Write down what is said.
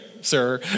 sir